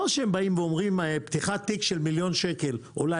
לא שהם אומרים שפתיחת תיק של מיליון שקל עולה